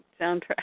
soundtrack